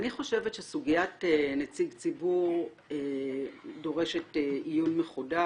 אני חושבת שסוגיית נציג ציבור דורשת עיון מחודש.